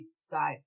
side